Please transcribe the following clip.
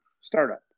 startup